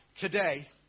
today